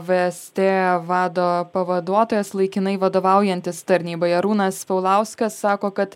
vst vado pavaduotojas laikinai vadovaujantis tarnybai arūnas paulauskas sako kad